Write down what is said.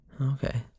Okay